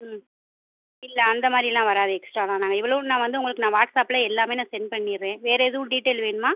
ம் இல்லை அந்தமாதிரிலாம் வராது எக்ஸ்ட்ராவெலாம் நாங்கள் இவ்வளவுன் நான் வந்து உங்களுக்கு நான் வாட்ஸாப்பில் எல்லாமே நான் சென்ட் பண்ணிடுறேன் வேறு எதுவும் டீட்டெயில் வேணுமா